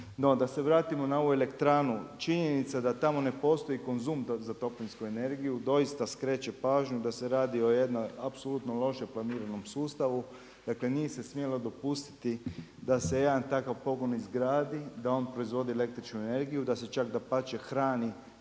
da se vratimo na ovu elektranu. Činjenica da tamo ne postoji konzum za toplinsku energiju doista skreće pažnju da se radi o jednom apsolutno loše planiranom sustavu, dakle nije se smjelo dopustiti da se jedan takav pogon izgradi, da on proizvodi električnu energiju, da se čak dapače hrani